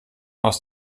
aus